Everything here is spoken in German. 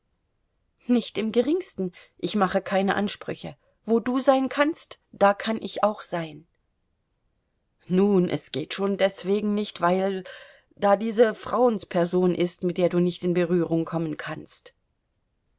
nicht im geringsten ich mache keine ansprüche wo du sein kannst da kann ich auch sein nun es geht schon deswegen nicht weil da diese frauensperson ist mit der du nicht in berührung kommen kannst